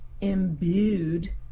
imbued